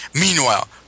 Meanwhile